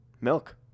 milk